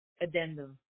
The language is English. addendum